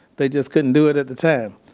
they just couldn't do it at the time.